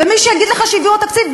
ומי שיגיד לך שהביאו עוד תקציב,